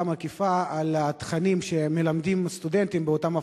מקיפה של התכנים שמלמדים סטודנטים באותן פקולטות.